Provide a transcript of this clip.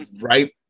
right